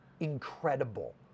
Incredible